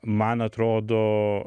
man atrodo